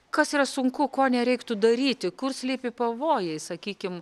kas yra sunku ko nereiktų daryti kur slypi pavojai sakykim